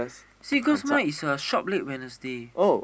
see cause mine is uh shop late Wednesday